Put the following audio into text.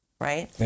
Right